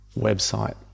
website